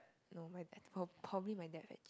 no my I prob~ probably my dad fetch me